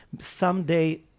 Someday